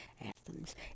Athens